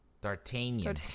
D'Artagnan